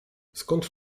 skąd